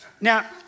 Now